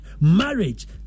Marriage